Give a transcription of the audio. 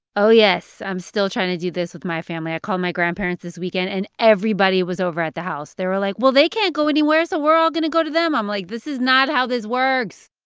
oh, yes. i'm still trying to do this with my family. i called my grandparents this weekend, and everybody was over at the house. they were like, well, they can't go anywhere, so we're all going to go to them. i'm like, this is not how this works.